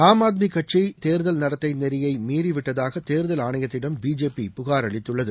ஆம் ஆத்மி கட்சி தேர்தல் நடத்தை நெறியை மீறிவிட்டதாக தேர்தல் ஆணையத்திடம் பிஜேபி புகார் அளித்துள்ளது